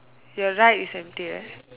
your right is empty right